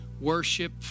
worship